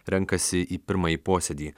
renkasi į pirmąjį posėdį